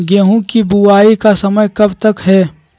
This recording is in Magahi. गेंहू की बुवाई का समय कब तक है?